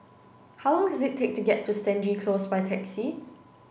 how long does it take to get to Stangee Close by taxi